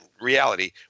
reality